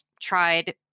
tried